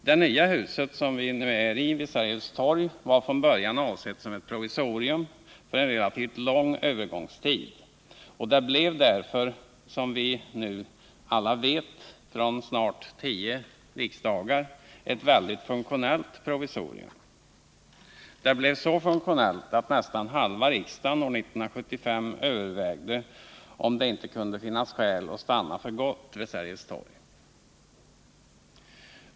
Det nya huset — som vi nu är i — vid Sergels torg var från början avsett som ett provisorium för en relativt lång övergångstid, och det blev därför — som vi nu alla vet efter snart tio riksdagar här — ett väldigt funktionellt provisorium. Det blev så funktionellt att nästan halva riksdagen år 1975 övervägde om det inte kunde finnas skäl för att man stannade kvar för gott vid Sergels torg.